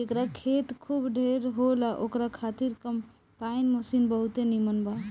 जेकरा खेत खूब ढेर होला ओकरा खातिर कम्पाईन मशीन बहुते नीमन बा